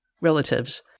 relatives